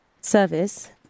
service